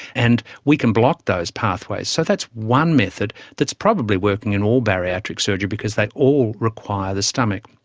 and we can block those pathways. so that's one method that's probably working in all bariatric surgery because they all require the stomach.